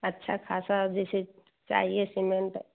अच्छा ख़ासा जैसे चाहिए सीमेंट